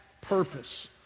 purpose